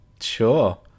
Sure